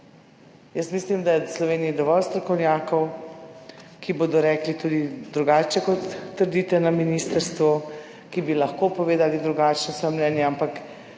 Mislim, da je v Sloveniji dovolj strokovnjakov, ki bodo rekli tudi drugače, kot trdite na ministrstvu, ki bi lahko povedali drugačna mnenja, ampak